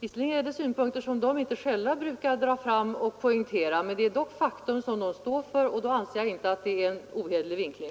Visserligen är det synpunkter som de inte själva brukar dra fram och poängtera, men det är dock fakta som de står för. Då anser jag inte att det här är fråga om någon ohederlig vinkling.